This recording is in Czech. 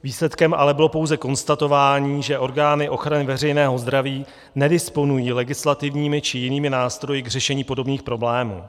Výsledkem bylo ale pouze konstatování, že orgány ochrany veřejného zdraví nedisponují legislativními či jinými nástroji k řešení podobných problémů.